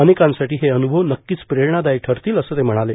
अनेकांसाठी हे अन्रभव नक्कीच प्रेरणादायी ठरतील असं ते म्हणाले